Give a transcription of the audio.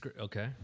Okay